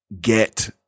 get